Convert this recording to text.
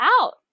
out